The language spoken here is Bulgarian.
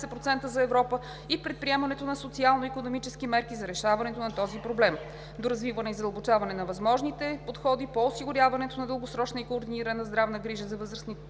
за Европа, и предприемането на социално-икономически мерки за решаването на този проблем, доразвиване и задълбочаване на възможните подходи по осигуряване на дългосрочна и координирана здравна грижа за възрастни хора